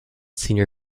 senior